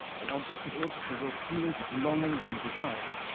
an object could also provoke feelings of longing and desire.